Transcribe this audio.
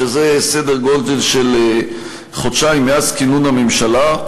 שזה כחודשיים מאז כינון הממשלה,